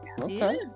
okay